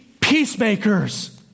peacemakers